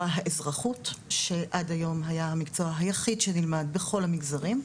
האזרחות שעד היום היה המקצוע היחיד שנלמד בכל המגזרים,